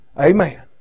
Amen